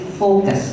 focus